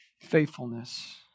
faithfulness